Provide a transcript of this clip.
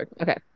Okay